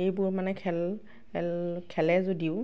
এইবোৰ মানে খেল খেল খেলে যদিও